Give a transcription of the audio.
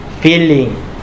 feeling